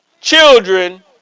children